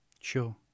Sure